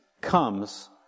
comes